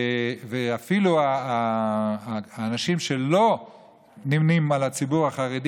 ואפילו האנשים שלא נמנים עם הציבור החרדי